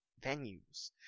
venues